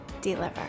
deliver